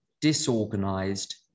disorganized